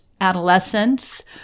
adolescents